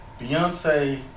Beyonce